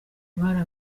bari